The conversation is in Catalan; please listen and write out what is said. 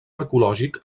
arqueològic